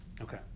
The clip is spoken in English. Okay